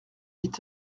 huit